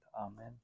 Amen